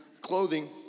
clothing